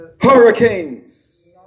hurricanes